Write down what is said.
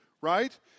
right